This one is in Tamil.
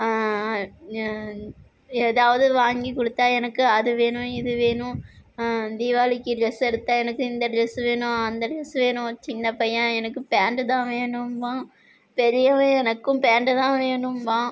எதாவது வாங்கி கொடுத்தா எனக்கு அது வேணும் இது வேணும் தீபாவளிக்கு ட்ரெஸ் எடுத்தால் எனக்கு இந்த ட்ரெஸ்ஸு வேணும் அந்த ட்ரெஸ்ஸு வேணும் சின்ன பையன் எனக்கு பேண்ட்டு தான் வேணும்பான் பெரியவன் எனக்கும் பேண்ட்டு தான் வேணும்பான்